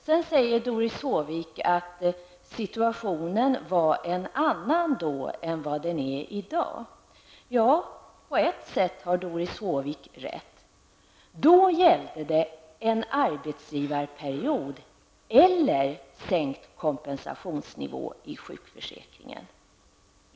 Sedan säger Doris Håvik att situationen var en annan då än vad den är i dag. På ett sätt har Doris Håvik rätt. Då gällde det en arbetsgivareperiod eller sänkt kompensationsnivå i sjukförsäkringen.